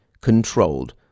controlled